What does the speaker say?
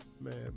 Man